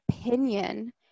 opinion